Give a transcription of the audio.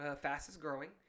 fastest-growing